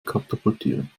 katapultieren